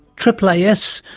aaas,